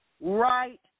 Right